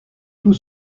tout